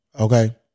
Okay